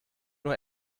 nur